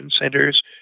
centers